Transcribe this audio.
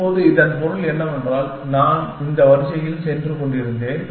இப்போது இதன் பொருள் என்னவென்றால் நான் இந்த வரிசையில் சென்று கொண்டிருந்தேன்